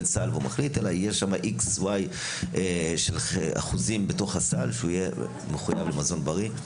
אלא יהיה שם X Y אחוזים בתוך הסל שיהיה מחויב למזון בריא.